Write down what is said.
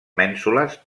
mènsules